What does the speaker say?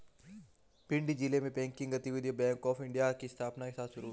भिंड जिले में बैंकिंग गतिविधियां बैंक ऑफ़ इंडिया की स्थापना के साथ शुरू हुई